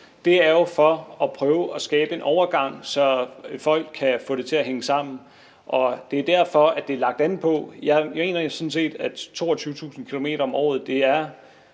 Det er for at prøve at skabe en overgang, så folk kan få det til at hænge sammen. Jeg mener jo sådan set, at 22.000 km om året er